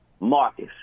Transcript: Marcus